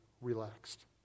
relaxed